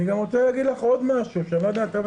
אני רוצה להגיד לך עוד משהו שאני לא יודע --- אנחנו